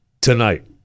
tonight